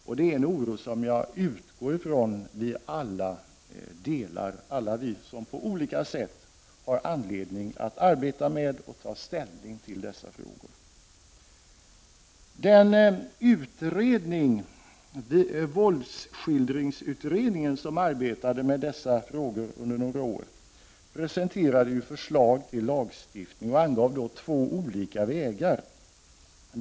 Och jag utgår från att vi alla som arbetar med dessa frågor delar denna oro. Den utredning, våldsskildringsutredningen, som arbetade med dessa frågor under några år presenterade förslag till lagstiftning, och angav två olika vägar att gå.